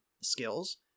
skills